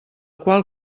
qual